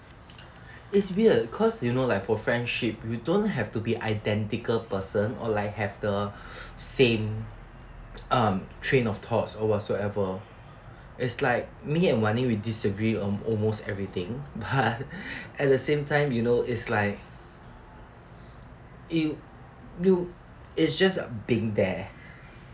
it's weird cause you know like for friendship you don't have to be identical person or like have the same um train of thoughts or whatsoever it's like me and wan ying we disagree on almost everything but at the same time you know it's like it you it's just uh being there